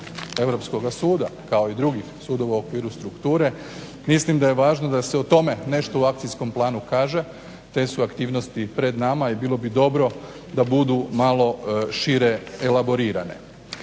europskoga suda, kao i drugih sudova u okviru strukture, mislim da je važno da se o tome nešto u akcijskom planu kaže, te su aktivnosti pred nama i bilo bi dobro da budu malo šire elaborirane.